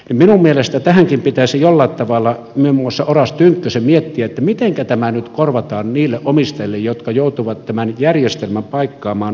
minun mielestäni tähänkin pitäisi jollain tavalla muun muassa oras tynkkysen miettiä mitenkä tämä nyt korvataan niille omistajille jotka joutuvat tämän järjestelmän paikkaamaan omalla kustannuksellaan